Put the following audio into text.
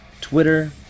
Twitter